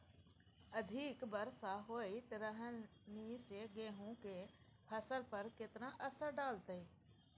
अधिक वर्षा होयत रहलनि ते गेहूँ के फसल पर केतना असर डालतै?